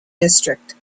district